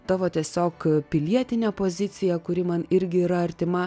tavo tiesiog pilietinė pozicija kuri man irgi yra artima